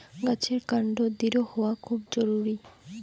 গাছের কান্ড দৃঢ় হওয়া খুব জরুরি